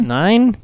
nine